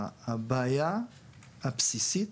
הבעיה הבסיסית